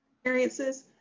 experiences